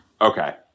okay